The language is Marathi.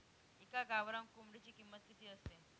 एका गावरान कोंबडीची किंमत किती असते?